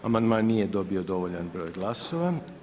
Amandman nije dobio dovoljan broj glasova.